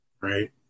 Right